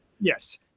Yes